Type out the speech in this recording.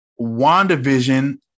WandaVision